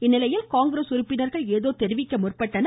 இந்நிலையில் காங்கிரஸ் உறுப்பினர்கள் ஏதோ தெரிவிக்க முற்பட்டனர்